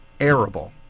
arable